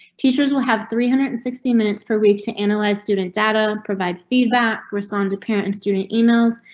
teachers will have three hundred and sixty minutes per week to analyze student data, provide feedback, respond to parent and student emails,